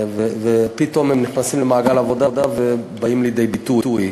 ופתאום הם נכנסים למעגל העבודה ובאים לידי ביטוי.